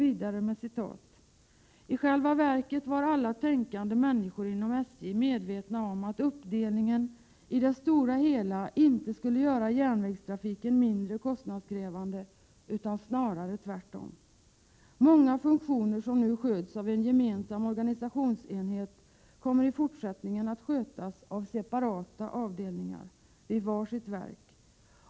——-- I själva verket var alla tänkande människor inom SJ medvetna om att uppdelningen i det stora hela inte skulle göra järnvägstrafiken mindre Prot. 1987/88:116 <kostnadskrävande, utan snarare tvärtom. Många funktioner som nu sköts av En framtidsinriktad en gemensam organisationsenhet ——— kommer i fortsättningen att skötas av separata avdelningar, vid var sitt verk.